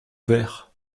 vert